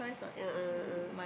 a'ah a'ah